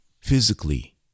Physically